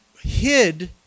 hid